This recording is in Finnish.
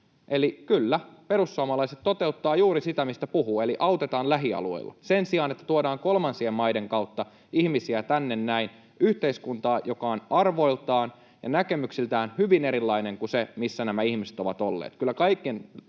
Eli kyllä, perussuomalaiset toteuttavat juuri sitä, mistä puhuvat, eli autetaan lähialueilla sen sijaan, että tuodaan kolmansien maiden kautta ihmisiä tänne näin, yhteiskuntaan, joka on arvoiltaan ja näkemyksiltään hyvin erilainen kuin se, missä nämä ihmiset ovat olleet.